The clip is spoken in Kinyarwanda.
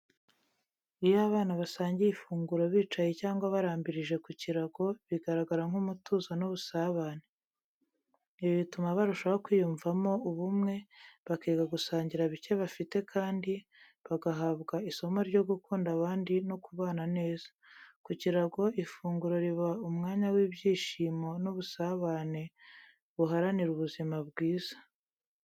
Iyo abana basangiye ifunguro bicaye cyangwa barambirije ku kirago, bigaragara nk’umutuzo n’ubusabane. Ibi bituma barushaho kwiyumvamo ubumwe, bakiga gusangira bike bafite kandi bagahabwa isomo ryo gukunda abandi no kubana neza. Ku kirago, ifunguro riba umwanya w’ibyishimo n’ubusabane buharanira ubuzima bwiza.